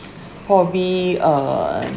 probably uh